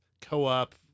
co-op